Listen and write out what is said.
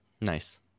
nice